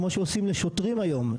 כמו שעושים לשוטרים היום,